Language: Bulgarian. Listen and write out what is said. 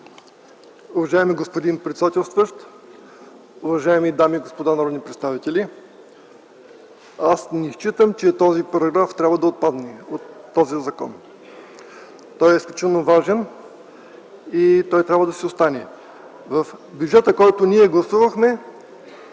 Уважаеми господин председателстващ, уважаеми дами и господа народни представители! Аз не считам, че този параграф трябва да отпадне от закона. Той е изключително важен и трябва да остане. Бюджетът, който гласувахме,